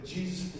Jesus